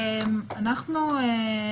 תודה.